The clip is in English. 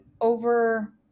over